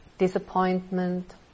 disappointment